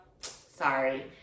sorry